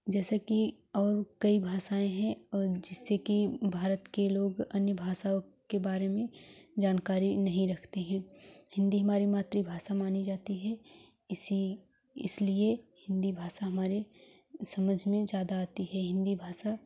जैसे की और कई भाषाएं हैं और जिससे कि भारत के लोग अन्य भाषाओं के बारे में जानकारी नहीं रखते हैं हिंदी हमारी मातृभाषा मानी जाती है इसी इसलिए हिंदी भाषा हमारे समझ में ज्यादा आती है हिंदी भाषा